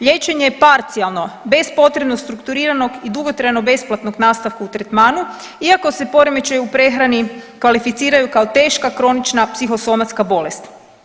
Liječenje je parcijalno bez potrebno strukturiranog i dugotrajno besplatnog nastavka u tretmanu iako se poremećaji u prehrani kvalificiraju kao teška kronična psihosomatska bolest.